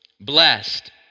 Blessed